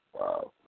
wow